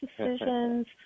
decisions